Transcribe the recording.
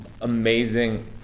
amazing